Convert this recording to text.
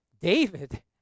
David